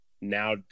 now